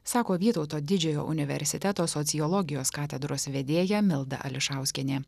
sako vytauto didžiojo universiteto sociologijos katedros vedėja milda ališauskienė